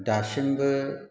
दासिमबो